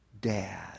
Dad